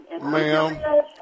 Ma'am